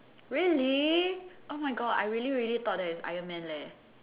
really oh my god I really really thought that it's iron man leh